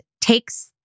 takes